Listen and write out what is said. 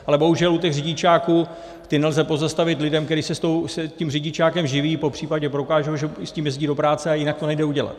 Ale bohužel u těch řidičáků ty nelze pozastavit lidem, kteří se tím řidičákem živí, popřípadě prokážou, že s tím jezdí do práce, a jinak to nejde udělat.